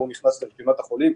והוא נכנס לרשימת החולים,